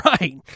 Right